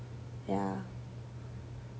ya